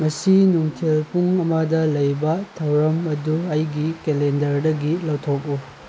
ꯉꯁꯤ ꯅꯨꯡꯊꯤꯜ ꯄꯨꯡ ꯑꯃꯗ ꯂꯩꯕ ꯊꯧꯔꯝ ꯑꯗꯨ ꯑꯩꯒꯤ ꯀꯦꯂꯦꯟꯗꯔꯗꯒꯤ ꯂꯧꯊꯣꯛꯎ